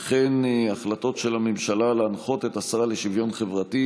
וכן החלטות של הממשלה להנחות את השרה לשוויון חברתי